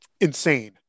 insane